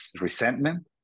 resentment